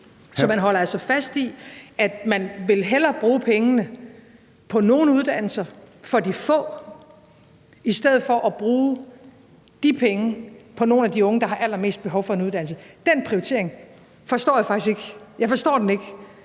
Så man holder altså fast i, at man hellere vil bruge pengene på nogle uddannelser for de få end at bruge de penge på nogle af de unge, der har allermest behov for en uddannelse. Den prioritering forstår jeg faktisk ikke, og det er